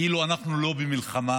כאילו אנחנו לא במלחמה,